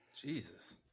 Jesus